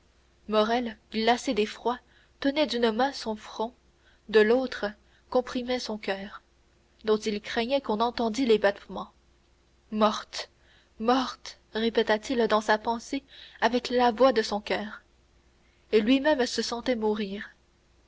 morrel glacé d'effroi tenait d'une main son front de l'autre comprimait son coeur dont il craignait qu'on entendît les battements morte morte répétait-il dans sa pensée avec la voix de son coeur et lui-même se sentait mourir